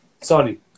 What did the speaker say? Sorry